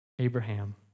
Abraham